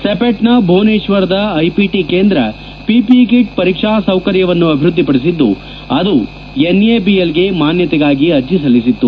ಸಿಪೆಟ್ನ ಭುವನೇಶ್ವರದ ಐಪಿಟಿ ಕೇಂದ್ರ APE kit ಪರೀಕ್ಸಾ ಸೌಕರ್ಯವನ್ನು ಅಭಿವ್ಯದ್ಲಿಪಡಿಸಿದ್ದು ಅದು ಎನ್ಎಬಿಎಲ್ಗೆ ಮಾನ್ಲತೆಗಾಗಿ ಅರ್ಜೆ ಸಲ್ಲಿಸಿತ್ತು